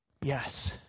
yes